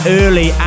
early